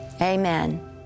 Amen